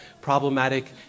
problematic